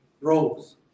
roles